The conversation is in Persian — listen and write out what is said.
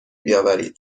بیاورید